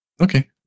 Okay